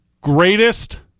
Greatest